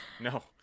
no